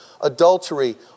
adultery